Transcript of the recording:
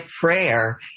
prayer